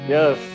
Yes